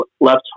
left